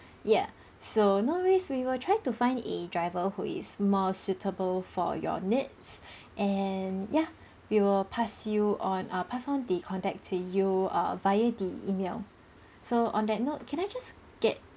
ya so no worries we will try to find a driver who is more suitable for your needs and ya we will pass you on err pass on the contact to you err via the email so on that note can I just get